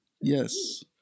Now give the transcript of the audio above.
Yes